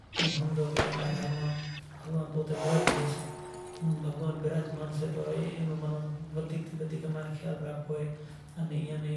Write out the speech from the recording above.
کی آ نی کاشی نیں گھاٹ ماتھے لے زائی اینو کاندھ واڈھی ناکھو آنوں کاندھ واڈھی ناکھو نکو ہوئے نکو مشانڑاں ناں کوئی مڑہاں کھائے، ان ایوو کم وڑے راجا ہریچند ناں ہالیسے زا رے کاشی نی گھاٹ ماتھے لئی زائے زا رے رازا ہریچند ناں حکم ہالیسے کی زئی ای کروت تھیں کاندھ واڈھو تو راجا ہریچند پوہتے کروت نیشی کرتا ہوئیسیں تو پل گھڑی من ورتی نو بھاو ای ویچار ماں زئتو رہیسے تو پوہتے من ماں ویچار کری سے بلے بھگوان کوئی سمو ہتو جے ہوں رازا ہتو آن تارا ڈے ماں ری رانڑی ہتی پل گھڑی بھی میں ای ناں دشی نتھی کری ان آز ایوو سمو آوی گیو سے زے ناں انوسار تھی آز موں ایئے ناں ماروا تیار تھئی گیو سے۔ تھارے تارا ڈیو زویو رازا ہریچند ہوے من ورتی نو بھاو کئی بیزے پاہے لئی زاشے آن ہوے پوہتاں نوں ست ہاروا